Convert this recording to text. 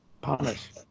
Punish